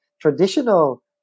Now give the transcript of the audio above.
traditional